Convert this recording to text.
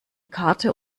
karte